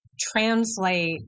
translate